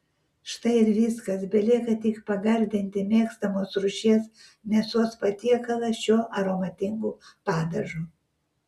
štai ir viskas belieka tik pagardinti mėgstamos rūšies mėsos patiekalą šiuo aromatingu padažu